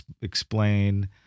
explain